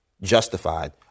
justified